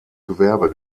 gewerbe